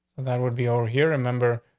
that would be over here. remember,